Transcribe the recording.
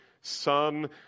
son